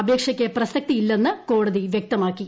അപേക്ഷയ്ക്ക് പ്രസക്തിയില്ലെന്ന് കോടതി വ്യക്തമാക്കി